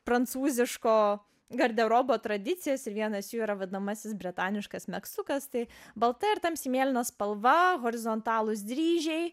prancūziško garderobo tradicijas ir vienas jų yra vadinamasis bretaniškas megztukas tai balta ir tamsiai mėlyna spalva horizontalūs dryžiai